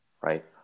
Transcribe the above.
right